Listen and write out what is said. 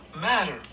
matter